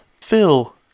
Phil